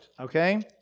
okay